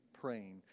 praying